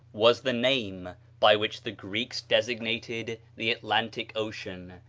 was the name by which the greeks designated the atlantic ocean.